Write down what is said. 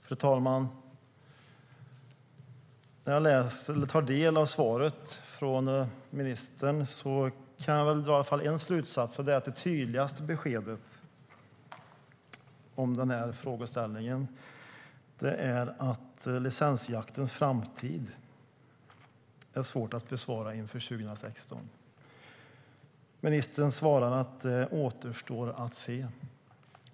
Fru talman! När jag tar del av svaret från ministern kan jag dra åtminstone en slutsats, och det är att det tydligaste beskedet om frågeställningen är att det är svårt att besvara frågan om licensjaktens framtid inför 2016. Ministern svarar att det återstår att se.